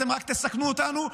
אתם רק תסכנו אותנו,